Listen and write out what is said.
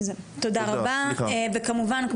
תודה רבה וכמובן,